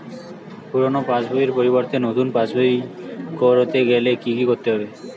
পুরানো পাশবইয়ের পরিবর্তে নতুন পাশবই ক রতে গেলে কি কি করতে হবে?